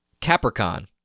Capricorn